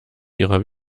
ihrer